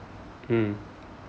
mm